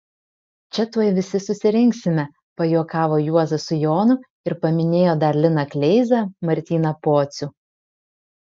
čia tuoj visi susirinksime pajuokavo juozas su jonu ir paminėjo dar liną kleizą martyną pocių